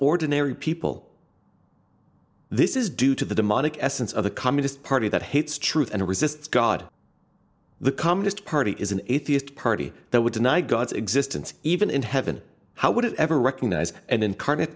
ordinary people this is due to the demonic essence of the communist party that hates truth and resists god the communist party is an atheist party that would deny god's existence even in heaven how would it ever recognize an incarnate